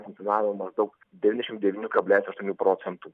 kai kainavo maždaug devyniasdešim devynių kablelis aštuonių procentų